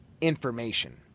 information